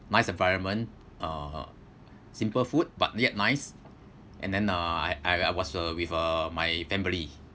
nice environment uh simple food but yet nice and then uh I I was uh with uh my family